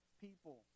people